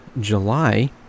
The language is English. July